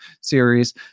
series